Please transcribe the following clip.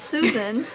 Susan